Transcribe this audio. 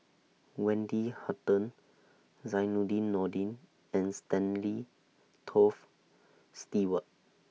Wendy Hutton Zainudin Nordin and Stanley Toft Stewart